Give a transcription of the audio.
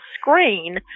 screen